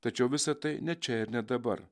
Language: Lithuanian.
tačiau visa tai ne čia ir ne dabar